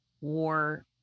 war